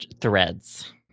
Threads